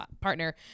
partner